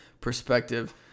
perspective